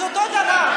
אז אותו הדבר.